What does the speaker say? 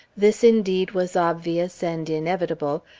this, indeed, was obvious and inevitable,